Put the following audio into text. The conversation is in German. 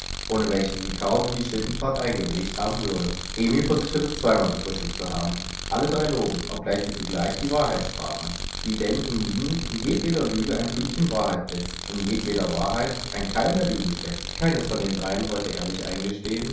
ohne welche sie kaum in die schlittenfahrt eingewilliget haben würde emil versicherte zweimal gefrühstückt zu haben alle drei logen obgleich sie zugleich die wahrheit sprachen wie denn hienieden in jedweder lüge ein fünkchen wahrheit blitzt und in jedweder wahrheit ein keim der lüge steckt keines von den dreien wollte ehrlich eingestehen